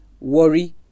Worry